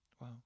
wow